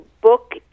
book